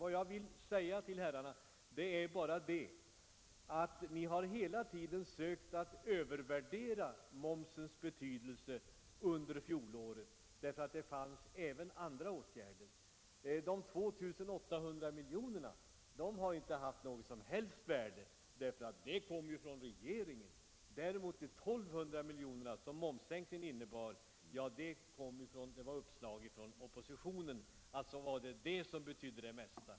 Vad jag vill säga till herrarna är bara det, att ni hela tiden övervärderat momsens betydelse under fjolåret. Men det vidtogs ju även andra åtgärder. De 2 800 miljonerna skulle enligt er inte ha haft något som helst värde — de föreslogs ju av regeringen. De 1 200 miljoner som momssänkningen innebar var däremot ett uppslag från oppositionen och därför det som för er hade den största betydelsen.